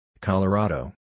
Colorado